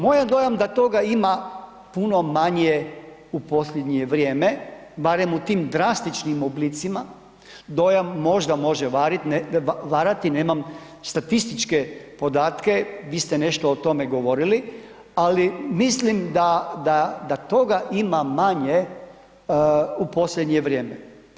Moj je dojam da toga ima puno manje u posljednje vrijeme, barem u tim drastičnim oblicima, dojam možda može varati, nemam statističke podatke, vi ste nešto o tome govorili, ali mislim da, da, da toga ima manje u posljednje vrijeme.